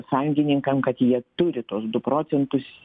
sąjungininkam kad jie turi tuos du procentus